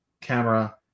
camera